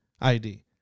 ID